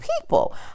people